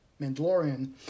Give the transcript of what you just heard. Mandalorian